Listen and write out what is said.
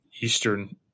Eastern